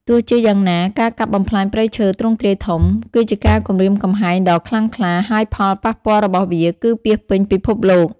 ទោះជាយ៉ាងណា ការកាប់បំផ្លាញព្រៃឈើទ្រង់ទ្រាយធំ គឺជាការគំរាមកំហែងដ៏ខ្លាំងខ្លា ហើយផលប៉ះពាល់របស់វា គឺពាសពេញពិភពលោក។